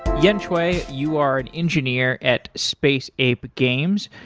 yen cui, you are an engineer at space ape games.